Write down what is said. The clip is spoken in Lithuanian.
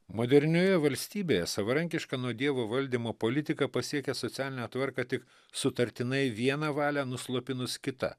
modernioje valstybėje savarankiška nuo dievo valdymo politika pasiekia socialinę tvarką tik sutartinai vieną valią nuslopinus kita